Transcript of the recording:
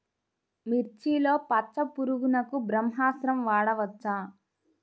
మిర్చిలో పచ్చ పురుగునకు బ్రహ్మాస్త్రం వాడవచ్చా?